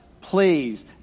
please